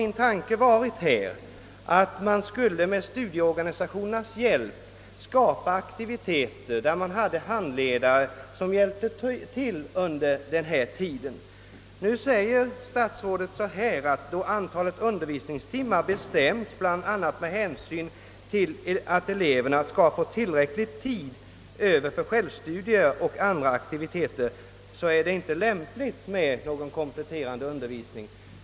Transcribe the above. Min tanke har varit att man med studieorganisationernas hjälp skulle skapa aktiviteter, där handledare hjälpte till under håltimmarna. Statsrådet säger i svaret att »antalet undervisningstimmar bestämts bl.a. med hänsyn till att eleverna skall få tillräcklig tid för självstudier och andra aktiviteter», och därför är det inte lämpligt med någon kompletterande undervisning.